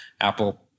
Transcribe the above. Apple